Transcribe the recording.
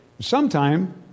sometime